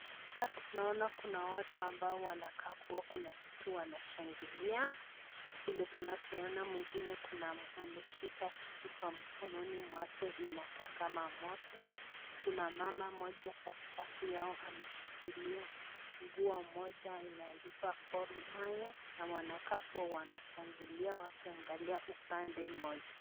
Hapa tunaona kuna watu wanakaa kuwa kuna kitu wanashangilia vile tunavyoona mwingine ameshika kitu kwa mkono wake inakaa kama moto, kuna mama mmoja katikati yao ameshikilia nguo moja imeandikwa Gor Mahia na wanakaa kuwa wanashangilia wakiangalia upande moja.